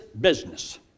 business